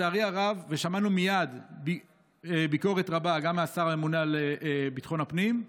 שמענו מייד ביקורת רבה גם מהשר הממונה על ביטחון הפנים.